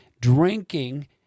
drinking